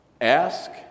Ask